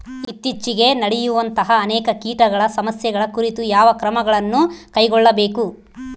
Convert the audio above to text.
ಇತ್ತೇಚಿಗೆ ನಡೆಯುವಂತಹ ಅನೇಕ ಕೇಟಗಳ ಸಮಸ್ಯೆಗಳ ಕುರಿತು ಯಾವ ಕ್ರಮಗಳನ್ನು ಕೈಗೊಳ್ಳಬೇಕು?